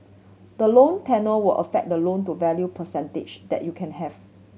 the loan tenure will affect the loan to value percentage that you can have